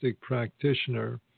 practitioner